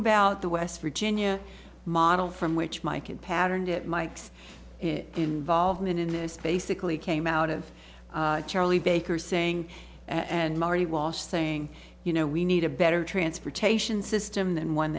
about the west virginia model from which mike and patterned it mike's involvement in this basically came out of charlie baker saying and marty walsh saying you know we need a better transportation system than one